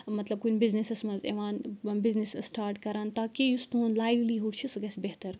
مطلب کُنہِ بِزنسَس منٛز یِوان یا بِزنِس سٹاٹ کران تاکہِ یُس تُہُنٛد لایِولی ہُڈ چھُ سُہ گَژھِ بہتر